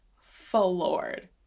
floored